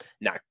no